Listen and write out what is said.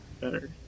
better